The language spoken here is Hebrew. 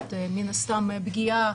שזאת מן הסתם פגיעה,